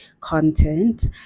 content